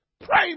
Pray